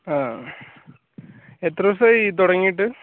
ആ എത്ര ദിവസമായി തുടങ്ങിയിട്ട്